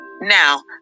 Now